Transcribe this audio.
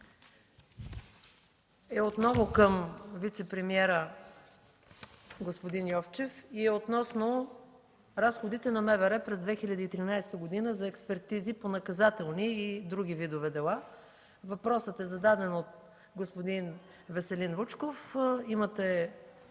е отново към вицепремиера Цветлин Йовчев и е относно разходите на МВР през 2013 г. за експертизи по наказателни и други видове дела. Въпросът е зададен от господин Веселин Вучков. Имате